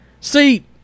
See